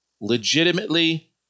legitimately